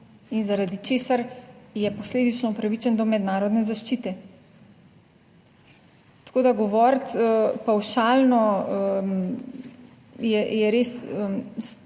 in zaradi česar je posledično upravičen do mednarodne zaščite. Tako da, govoriti pavšalno je res